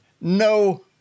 no